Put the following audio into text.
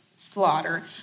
Slaughter